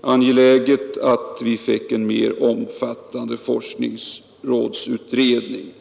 angeläget att vi fick en mer omfattande forskningsrådsutredning.